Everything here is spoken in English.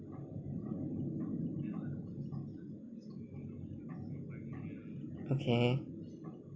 okay